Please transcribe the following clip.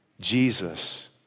Jesus